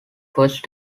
first